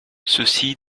ceci